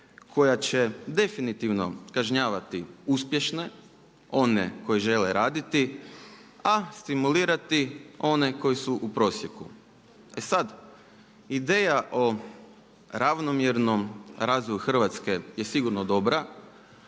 koja će definitivno kažnjavati uspješne, one koji žele raditi, a stimulirati one koji su u prosjeku. E sad, ideja o ravnomjernom razvoju Hrvatske je sigurno dobra